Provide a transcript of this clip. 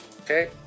Okay